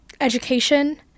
education